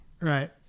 Right